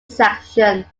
section